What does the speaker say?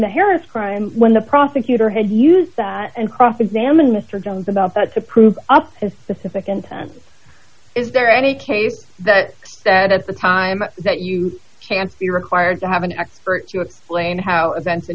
the harris crime when the prosecutor had used that and cross examine mr jones about that to prove off his specific contents is there any case that said at the time that you can't be required to have an expert to explain how events in